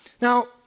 Now